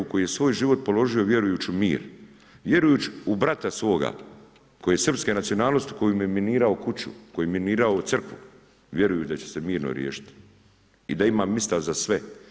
O čovjeku koji je svoj život položio vjerujući u mir, vjerujući u brata svoga koji je srpske nacionalnosti koji mu je minirao kuću, koji je minirao crkvu, vjerujući da će se mirno riješiti i da ima mjesta za sve.